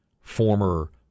former